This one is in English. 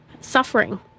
suffering